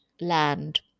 land